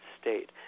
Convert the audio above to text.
state